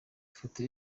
ifoto